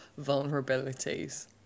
vulnerabilities